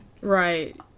Right